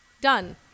done